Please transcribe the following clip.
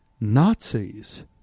Nazis